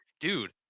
Dude